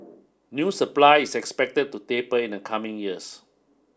new supply is expected to taper in the coming years